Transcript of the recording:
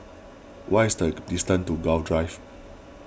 what is the distance to Gul Drive